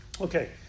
okay